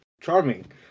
charming